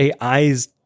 AIs